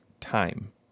time